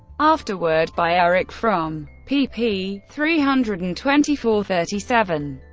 afterword by erich fromm. pp. three hundred and twenty four thirty seven.